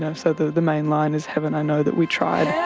ah so the the main line is heaven i know that we tried,